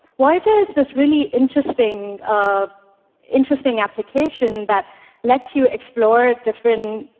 voyager is this really interesting um interesting application that lets you explore different